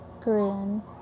Korean